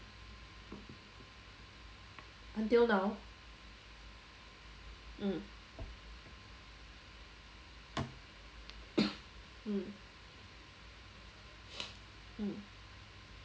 until now mm mm mm